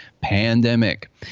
pandemic